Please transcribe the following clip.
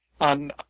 On